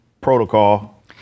protocol